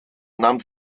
nahm